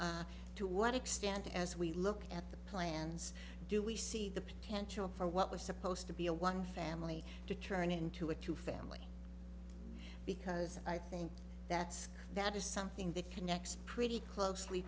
was to what extent as we look at the plans do we see the potential for what was supposed to be a one family to turn into a q family because i think that's that is something that connects pretty closely